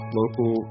local